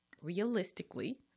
realistically